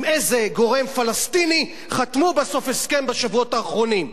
עם איזה גורם פלסטיני חתמו בסוף הסכם בשבועות האחרונים?